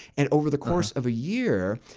and over the course of a year,